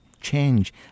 change